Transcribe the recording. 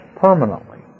permanently